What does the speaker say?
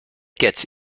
gets